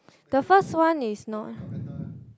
the first one is not